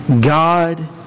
God